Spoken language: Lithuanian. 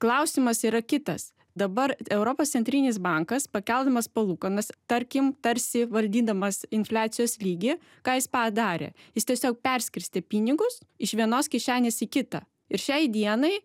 klausimas yra kitas dabar europos centrinis bankas pakeldamas palūkanas tarkim tarsi valdydamas infliacijos lygį ką jis padarė jis tiesiog perskirstė pinigus iš vienos kišenės į kitą ir šiai dienai